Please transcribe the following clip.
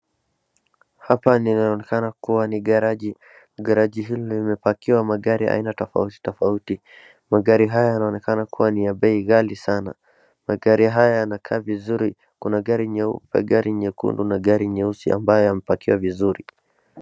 Hapa linaonekana kuwa ni garage . Garage hili limepakiwa magari aina tofauti tofauti. Magari haya yanaonekana ni ya bei ghali sana. Magari haya yanakaa vizuri, kuna gari nyeupe, gari nyekundu na gari nyeusi ambayo yamepakiwa vizuri.